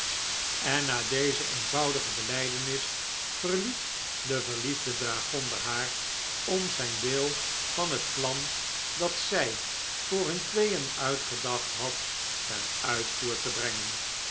en na deze eenvoudige belijdenis verliet de verliefde dragonder haar om zijn deel van het plan dat zij voor hun tweeen uitgedacht had ten uitvoer te brengen